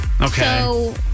Okay